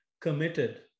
committed